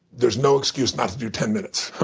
there's no excuse not to do ten minutes.